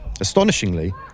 Astonishingly